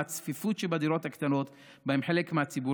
מהצפיפות שבדירות הקטנות שבהן מתגורר חלק מהציבור.